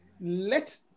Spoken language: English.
let